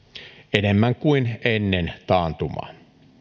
enemmän kuin ennen taantumaa